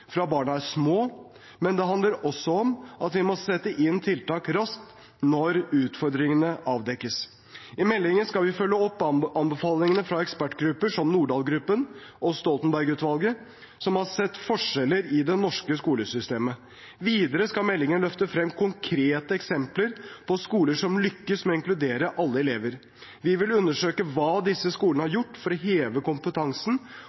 fra barna er små, men det handler også om at vi må sette inn tiltak raskt når utfordringene avdekkes. I meldingen skal vi følge opp anbefalingene fra ekspertgrupper, som Nordahl-gruppen og Stoltenberg-utvalget, som har sett forskjeller i det norske skolesystemet. Videre skal meldingen løfte frem konkrete eksempler på skoler som lykkes med å inkludere alle elever. Vi vil undersøke hva disse skolene har gjort for å heve kompetansen